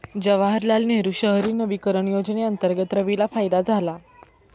जवाहरलाल नेहरू शहरी नवीकरण योजनेअंतर्गत रवीला फायदा झाला